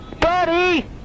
Buddy